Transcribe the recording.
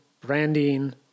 branding